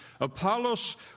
Apollos